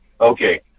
Okay